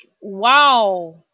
wow